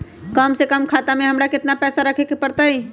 कम से कम खाता में हमरा कितना पैसा रखे के परतई?